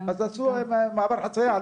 אז עשו מעבר חציה.